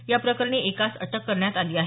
या प्रकरणी एकास अटक करण्यात आली आहे